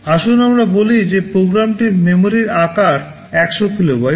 আসুন আমরা বলি যে প্রোগ্রামটির মেমরির আকার 100 কিলোবাইট